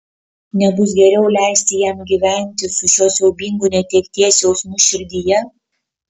nebus geriau leisti jam gyventi su šiuo siaubingu netekties jausmu širdyje